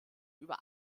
über